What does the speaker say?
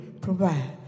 provide